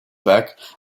back